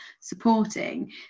supporting